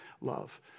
love